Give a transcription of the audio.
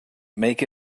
make